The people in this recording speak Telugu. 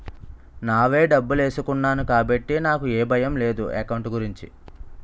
నానే డబ్బులేసుకున్నాను కాబట్టి నాకు ఏ భయం లేదు ఎకౌంట్ గురించి